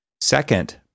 Second